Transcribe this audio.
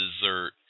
dessert